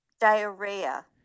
diarrhea